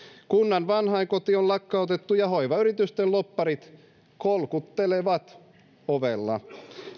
kunnan vanhainkoti on lakkautettu ja hoivayritysten lobbarit kolkuttelevat ovella